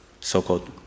so-called